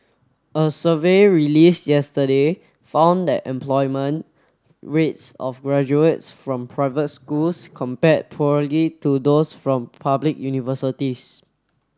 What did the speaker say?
a survey released yesterday found that employment rates of graduates from private schools compare poorly to those from public universities